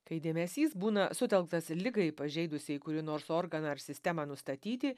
kai dėmesys būna sutelktas ligai pažeidusiai kurį nors organą ar sistemą nustatyti